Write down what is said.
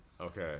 Okay